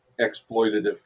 exploitative